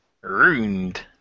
Ruined